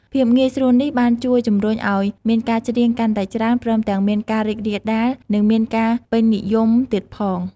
ភាពងាយស្រួលនេះបានជួយជំរុញឲ្យមានការច្រៀងកាន់តែច្រើន ព្រមទាំងមានការរីករាលដាល និងមានការពេញនិយមទៀតផង។